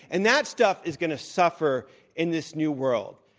and that stuff is going to suffer in this new world.